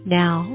now